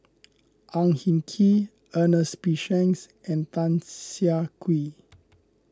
Ang Hin Kee Ernest P Shanks and Tan Siah Kwee